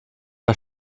war